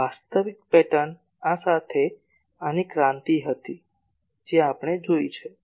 વાસ્તવિક પેટર્ન આ સાથે આની એક ક્રાંતિ હતી જે આપણે જોઇ છે